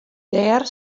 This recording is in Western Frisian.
dêr